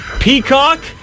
Peacock